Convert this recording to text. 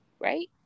Right